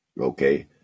Okay